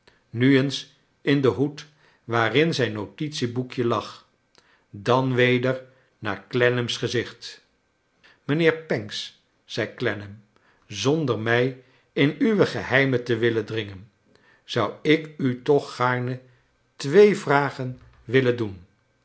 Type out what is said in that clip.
nu eens in den hoed waarin zijn notitieboekje lag dan weder naar clennam's gezicht mijnheer pancks zei clennam zonder mij in uwe geheimen te willen dringen zou ik u toch gaarne twee vragen willen doen